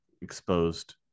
exposed